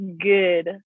good